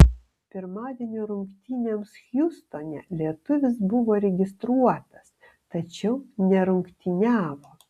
pirmadienio rungtynėms hjustone lietuvis buvo registruotas tačiau nerungtyniavo